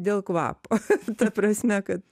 dėl kvapo ta prasme kad